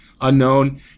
unknown